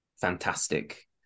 fantastic